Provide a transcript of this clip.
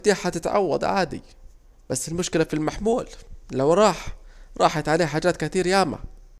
المفاتيح هتتعوض عادي بس المشكلة في المحمول لو راح راحت عليه حاجات كتير ياما